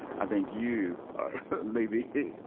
i think you are maybe,